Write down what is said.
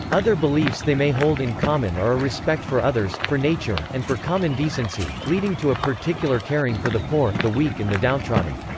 other beliefs they may hold in common are a respect for others, for nature, and for common decency, leading to a particular caring for the poor, the weak and the downtrodden.